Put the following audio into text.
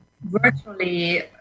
virtually –